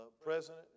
president